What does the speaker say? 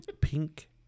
Pink